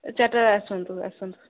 ଚାରିଟା ବେଳେ ଆସନ୍ତୁ ଆସନ୍ତୁ